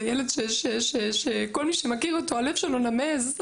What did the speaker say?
זה ילד שכל מי שמכיר אותו הלב שלו נמס,